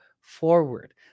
forward